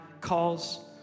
calls